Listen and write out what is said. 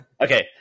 Okay